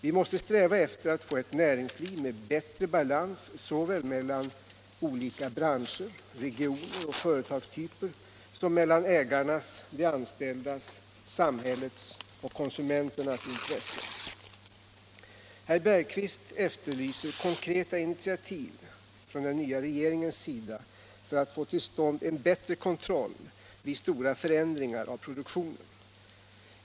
Vi måste sträva efter att få ett näringsliv med bättre balans såväl mellan olika branscher, regioner och företagstyper som mellan ägarnas, de anställdas, samhällets och konsumenternas intressen. Herr Bergqvist efterlyser konkreta initiativ från den nya regeringens sida för att få till stånd en bättre kontroll vid stora förändringar av produktionen.